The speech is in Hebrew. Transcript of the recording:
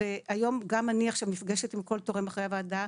והיום גם אני נפגשת עכשיו עם כל תורם אחרי הוועדה,